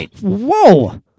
whoa